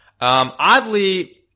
Oddly